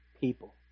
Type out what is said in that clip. people